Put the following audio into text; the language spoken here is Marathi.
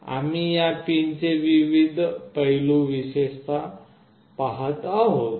आम्ही या पिनचे विविध पैलू विशेषत पहात आहोत